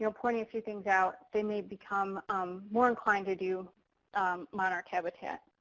ah pointing a few things out, they may become um more inclined to do monarch habitat.